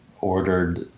ordered